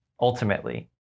ultimately